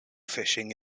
fishing